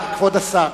כבוד השר,